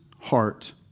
heart